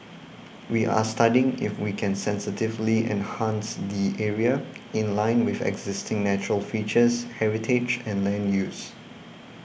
we are studying if we can sensitively enhance the area in line with existing natural features heritage and land use